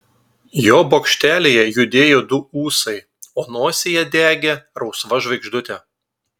jo bokštelyje judėjo du ūsai o nosyje degė rausva žvaigždutė